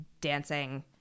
dancing